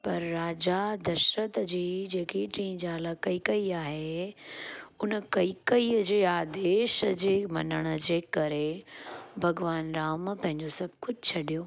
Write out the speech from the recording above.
पर राजा दशरथ जी जेकी टीं जाल कैकई आहे उन कैकईअ जे आदेश जे मनण जे करे भॻवान राम पंहिंजो सभु कुझु छॾियो